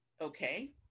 Okay